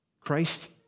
Christ